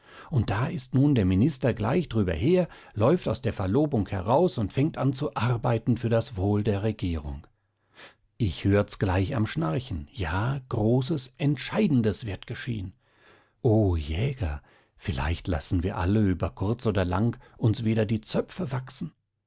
und da ist nun der minister gleich drüber her läuft aus der verlobung heraus und fängt an zu arbeiten für das wohl der regierung ich hört's gleich am schnarchen ja großes entscheidendes wird geschehen o jäger vielleicht lassen wir alle über kurz oder lang uns wieder die zöpfe wachsen